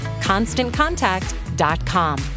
ConstantContact.com